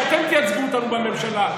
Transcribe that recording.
שאתם תייצגו אותנו בממשלה,